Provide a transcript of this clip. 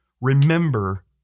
remember